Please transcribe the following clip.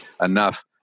enough